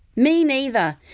me neither.